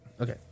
okay